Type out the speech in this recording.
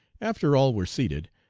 after all were seated,